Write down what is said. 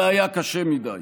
זה היה קשה מדי.